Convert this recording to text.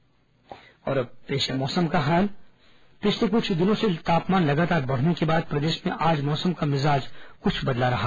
मौसम और अब पेश है मौसम का हाल पिछले कुछ दिनों से तापमान लगातार बढ़ने के बाद प्रदेश में आज मौसम का मिजाज कुछ बदला रहा